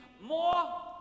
more